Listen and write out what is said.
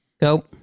Go